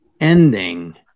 ending